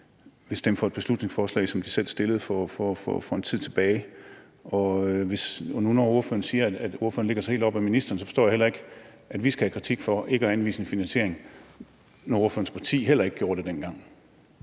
vil stemme for et beslutningsforslag, som de selv fremsatte tilbage i tiden. Når ordføreren nu siger, at ordføreren lægger sig helt op ad ministeren, så forstår jeg heller ikke, at vi skal have kritik for ikke at anvise en finansiering, altså når ordførerens parti heller ikke gjorde det dengang.